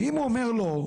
כי אם הוא אומר 'לא',